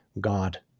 God